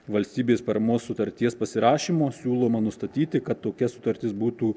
valstybės paramos sutarties pasirašymo siūloma nustatyti kad tokia sutartis būtų